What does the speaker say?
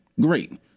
great